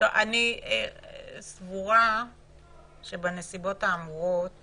אני סבורה שבנסיבות האמורות